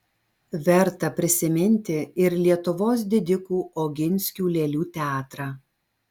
verta prisiminti ir lietuvos didikų oginskių lėlių teatrą